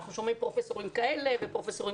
אנחנו שומעים פרופסורים כאלה ופרופסורים